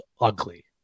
ugly